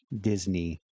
Disney+